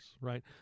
right